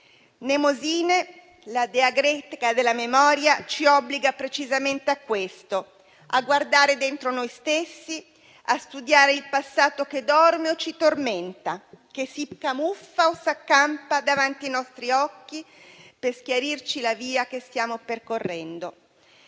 Mnemosine, la dea greca della memoria, ci obbliga precisamente a questo: a guardare dentro noi stessi, a studiare il passato che dorme o ci tormenta, che si camuffa o s'accampa davanti ai nostri occhi per schiarirci la via che stiamo percorrendo.